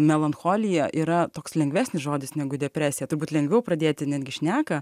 melancholija yra toks lengvesnis žodis negu depresija turbūt lengviau pradėti netgi šneką